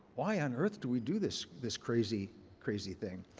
why on earth do we do this this crazy crazy thing.